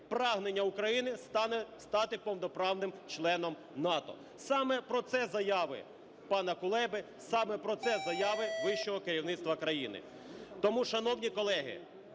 прагнення України стати повноправним членом НАТО? Саме про це заяви пана Кулеби, саме про це заяви вищого керівництва країни. Тому, шановні колеги,